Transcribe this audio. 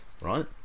right